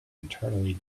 internally